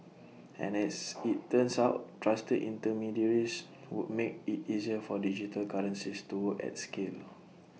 and as IT turns out trusted intermediaries would make IT easier for digital currencies to work at scale